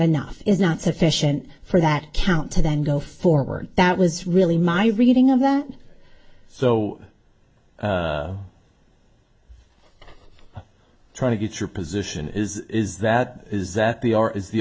enough is not sufficient for that count to then go forward that was really my reading of that so trying to get your position is is that is that the or is the